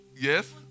Yes